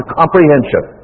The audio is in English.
comprehension